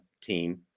team